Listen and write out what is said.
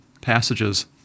passages